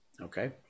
Okay